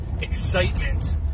excitement